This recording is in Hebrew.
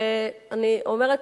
ואני אומרת,